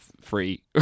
free